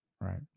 Right